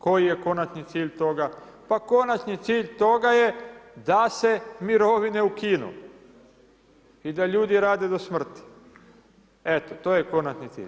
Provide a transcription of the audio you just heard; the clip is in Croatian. Koji je konačni cilj toga, pa konačni cilj toga je da se mirovine ukinu i da ljudi rade do smrti, eto to je konačni cilj.